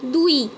দুই